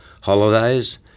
holidays